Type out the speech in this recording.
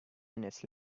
minutes